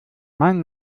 mein